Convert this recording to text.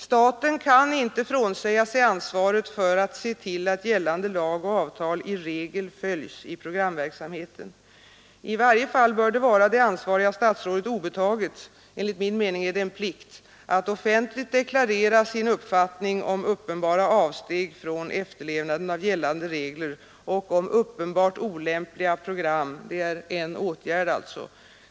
Staten kan inte frånsäga sig ansvaret för att se till att gällande lag och avtal i regel följs i programverksamheten. I varje fall bör det vara det ansvariga statsrådet obetaget — enligt min mening är det en plikt — att offentligt deklarera sin uppfattning om uppenbara avsteg från efterlevnaden av gällande regler och om uppenbart olämpliga program. Det är alltså en åtgärd.